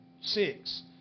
six